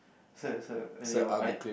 her her !aiyo! I